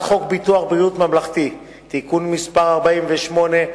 חוק ביטוח בריאות ממלכתי (תיקון מס' 48),